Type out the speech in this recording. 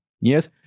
Yes